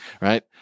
right